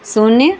शून्य